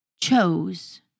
chose